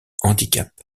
handicap